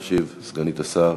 תשיב סגנית השר